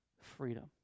freedom